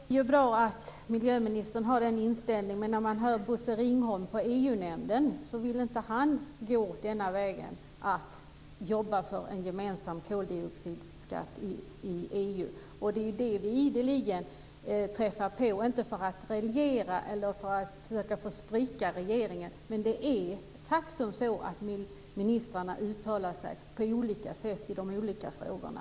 Fru talman! Det är ju bra att miljöministern har den inställningen. Men jag har hört Bosse Ringholm på EU-nämnden. Han vill inte gå denna väg och jobba för en gemensam koldioxidskatt i EU. Och det är det här som vi ideligen träffar på. Jag säger inte detta för att raljera eller för att försöka få en spricka i regeringen, men faktum är att ministrarna uttalar sig på olika sätt i de olika frågorna.